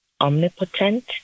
Omnipotent